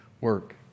work